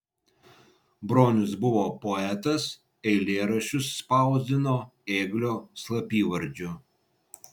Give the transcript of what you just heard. bronius buvo poetas eilėraščius spausdino ėglio slapyvardžiu